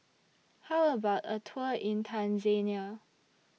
How about A Tour in Tanzania